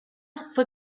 fue